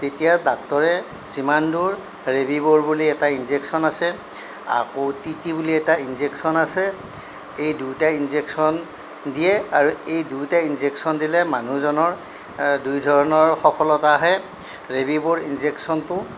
তেতিয়া ডাক্টৰে যিমানদূৰ ৰেডিবৌৰ বুলি এটা ইনজেকচন আছে আকৌ টি টি বুলি এটা ইনজেকচন আছে এই দুয়োটাই ইনজেকচন দিয়ে আৰু এই দুয়োটা ইনজেকচন দিলে মানুহজনৰ দুইধৰণৰ সফলতা আহে ৰেবিবৌৰ ইনজেকচনটো